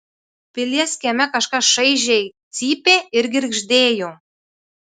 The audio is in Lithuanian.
pilies kieme kažkas šaižiai cypė ir girgždėjo